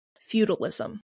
feudalism